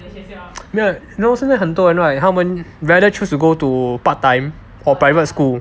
没有 no 现在很多人 right 他们 rather choose to go to part time or private school